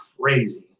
crazy